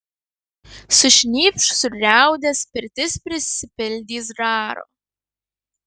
sušnypš sugriaudės pirtis prisipildys garo